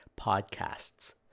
podcasts